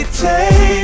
take